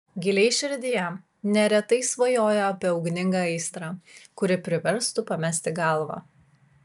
giliai širdyje neretai svajoja apie ugningą aistrą kuri priverstų pamesti galvą